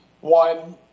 One